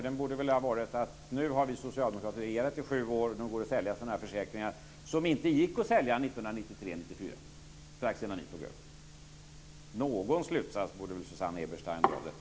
Den borde ha varit: Nu har vi socialdemokrater regerat i sju år och nu går det att sälja sådana här försäkringar som inte gick att sälja 1993-1994 - strax innan socialdemokraterna tog över. Någon slutsats borde väl Susanne Eberstein dra av detta.